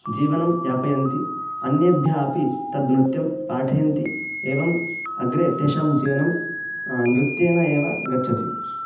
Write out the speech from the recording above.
जीवनं यापयन्ति अन्येभ्यः अपि तद् नृत्यं पाठयन्ति एवम् अग्रे तेषां जीवनं नृत्येन एव गच्छति